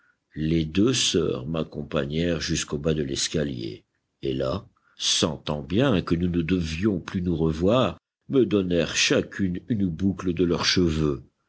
les deux sœurs m'accompagnèrent jusqu'au bas de l'escalier et là sentant bien que nous ne devions plus nous revoir me donnèrent chacune une boucle de leurs cheveux